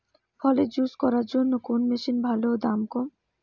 ফলের জুস করার জন্য কোন মেশিন ভালো ও দাম কম?